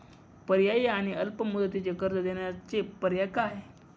पर्यायी आणि अल्प मुदतीचे कर्ज देण्याचे पर्याय काय?